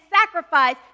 sacrifice